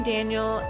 Daniel